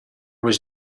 was